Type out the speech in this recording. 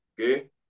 Okay